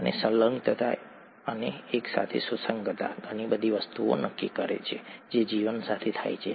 અને સંલગ્નતા અને એકસાથે સુસંગતતા ઘણી બધી વસ્તુઓ નક્કી કરે છે જે જીવન સાથે થાય છે